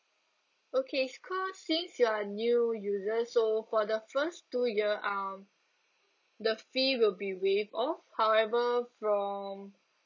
okay cause since you're new user so for the first two year um the fee will be waive off however from